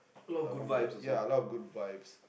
uh one of the ya a lot of Good Vibes